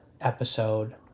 episode